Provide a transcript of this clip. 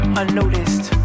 unnoticed